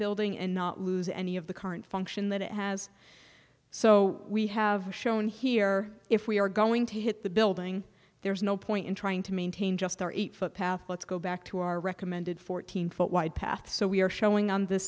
building and not lose any of the current function that it has so we have shown here if we are going to hit the building there's no point in trying to maintain just our eight foot path let's go back to our recommended fourteen foot wide path so we're showing on th